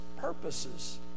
purposes